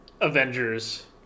Avengers